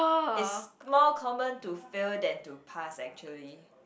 is more common to fail than to pass actually